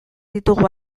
ditugu